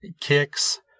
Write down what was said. kicks